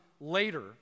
later